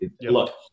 look